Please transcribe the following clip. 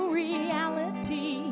reality